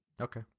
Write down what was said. Okay